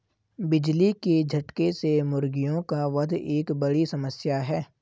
बिजली के झटके से मुर्गियों का वध एक बड़ी समस्या है